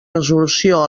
resolució